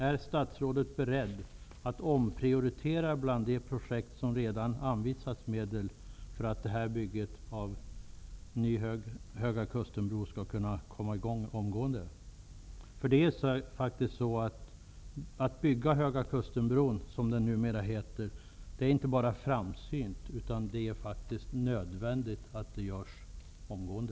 Är statsrådet beredd att omprioritera bland projekt, där man redan har anvisat medel, för att bygget av en Höga kusten-bro skall kunna komma i gång omgående? Det är inte bara framsynt att bygga Höga kustenbron, utan det är nödvändigt att det görs omgående.